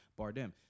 Bardem